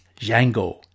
Django